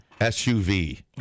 SUV